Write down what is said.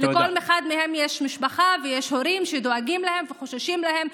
לכל אחד מהם יש משפחה ויש הורים שדואגים להם וחוששים להם,